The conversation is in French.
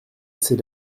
c’est